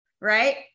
right